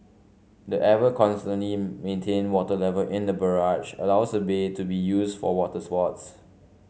the ever constantly maintained water level in the barrage allows the bay to be used for water sports